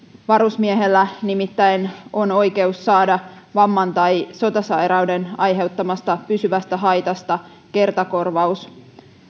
varusmiehellä nimittäin on oikeus saada vamman tai sotasairauden aiheuttamasta pysyvästä haitasta kertakorvaus